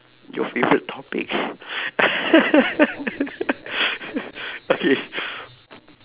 your favourite topic okay